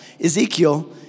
Ezekiel